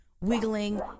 wiggling